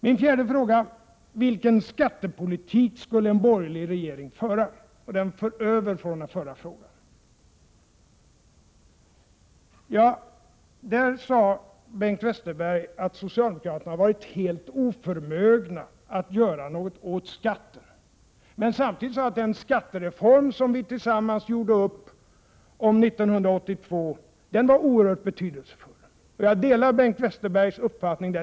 Min fjärde fråga är: Vilken skattepolitik skulle en borgerlig regering föra? Den för över från den förra frågan. Bengt Westerberg sade att socialdemokraterna har varit helt oförmögna att göra något åt skatten, men samtidigt menade han att den skattereform som vi tillsammans gjorde upp om 1982 var oerhört betydelsefull. Jag delar Bengt Westerbergs uppfattning.